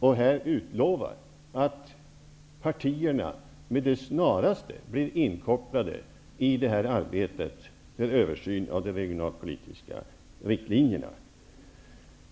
och här utlovar att partierna med det snaraste blir inkopplade i arbetet med översynen av de regionalpolitiska riktlinjerna.